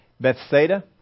Bethsaida